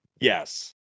Yes